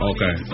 Okay